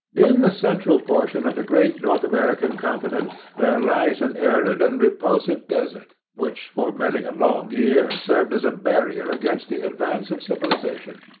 in the central portion of the great north american continent there lies an and arid and repulsive desert, which for many a long year served as a barrier against the advance of civilisation.